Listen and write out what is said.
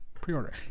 pre-order